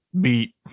beat